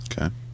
Okay